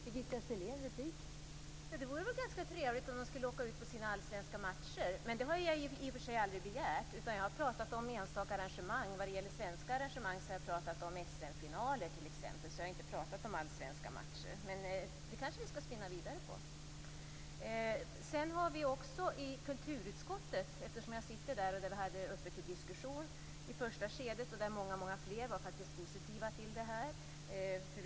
Fru talman! Det vore ganska trevligt om lagen skulle spela sina allsvenska matcher på dessa orter, men det har jag i och för sig aldrig begärt. Jag har pratat om enstaka arrangemang. Vad det gäller svenska arrangemang har jag pratat om SM-finaler, t.ex. Jag har inte pratat om allsvenska matcher. Men det skall vi kanske spinna vidare på! Jag sitter i kulturutskottet, och vi hade denna fråga uppe till diskussion i ett första skede. Många fler var faktiskt positiva till detta.